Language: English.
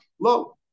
low